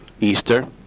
Easter